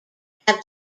have